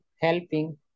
helping